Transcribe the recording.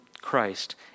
Christ